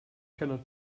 cannot